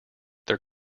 their